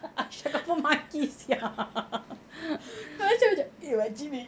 aisyah macam eh makcik ni